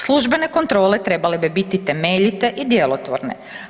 Službene kontrole trebale bi biti temeljite i djelotvorne.